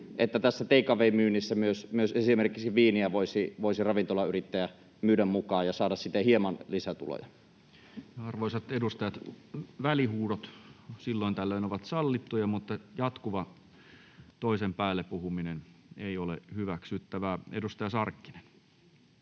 tässä take away ‑myynnissä myös esimerkiksi viiniä voisi ravintolayrittäjä myydä mukaan ja saada siten hieman lisätuloja? Arvoisat edustajat, välihuudot silloin tällöin ovat sallittuja, mutta jatkuva toisen päälle puhuminen ei ole hyväksyttävää. — Edustaja Sarkkinen.